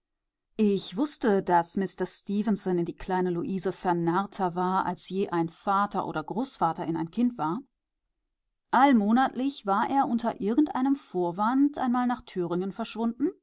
ich wußte daß mister stefenson in die kleine luise vernarrter war als je ein vater oder großvater in ein kind war allmonatlich war er unter irgendeinem vorwand einmal nach